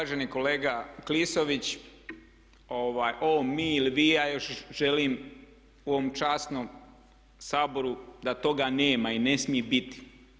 Uvaženi kolega Klisović ovo "mi" ili "vi" ja još želim u ovom časnom Saboru da toga nema i ne smije biti.